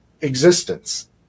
existence